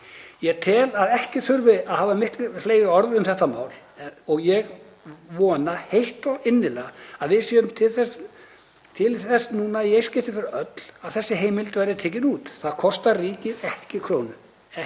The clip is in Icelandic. Ég tel að ekki þurfi að hafa miklu fleiri orð um þetta mál og ég vona heitt og innilega að við séum til þess bær núna í eitt skipti fyrir öll að þessi heimild verði tekin út. Það kostar ríkið ekki eina